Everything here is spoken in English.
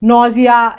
Nausea